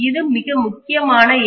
இது மிக முக்கியமான ஏ